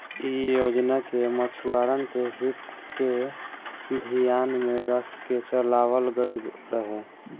इ योजना के मछुआरन के हित के धियान में रख के चलावल गईल रहे